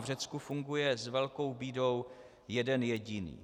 V Řecku funguje s velkou bídou jeden jediný.